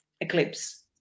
eclipse